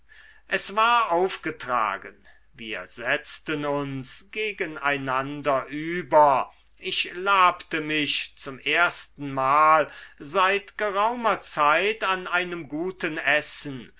es war aufgetragen wir setzten uns gegen einander über ich labte mich zum erstenmal seit geraumer zeit an einem guten essen